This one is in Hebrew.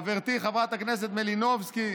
חברתי חברת הכנסת מלינובסקי